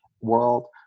world